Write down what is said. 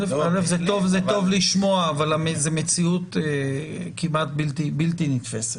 זה טוב לשמוע, אבל זאת מציאות כמעט בלתי נתפסת.